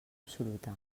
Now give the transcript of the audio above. absoluta